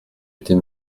était